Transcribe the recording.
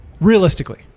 realistically